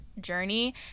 journey